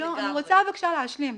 אני רוצה בבקשה להשלים.